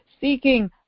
Seeking